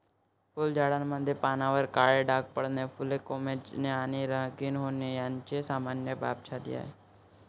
फुलझाडांमध्ये पानांवर काळे डाग पडणे, फुले कोमेजणे आणि रंगहीन होणे ही सामान्य बाब झाली आहे